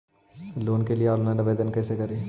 Loan के लिये online आवेदन कैसे करि?